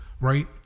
Right